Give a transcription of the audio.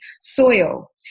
soil